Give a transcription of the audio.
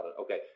Okay